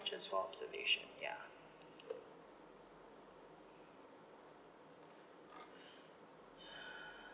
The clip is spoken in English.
just for observation ya